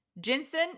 Jensen